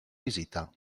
visita